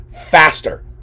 faster